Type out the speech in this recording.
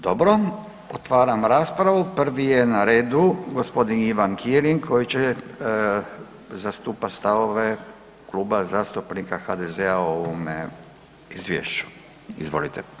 Dobro, otvaram raspravu, prvi je na redu g. Ivan Kirin koji će zastupat stavove Kluba zastupnika HDZ-a o ovome izvješću, izvolite.